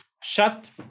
shut